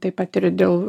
taip pat ir dėl